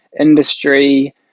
industry